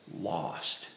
lost